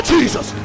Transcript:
Jesus